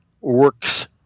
works